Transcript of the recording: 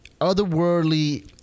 otherworldly